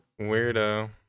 Weirdo